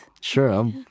sure